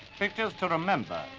pictures to remember,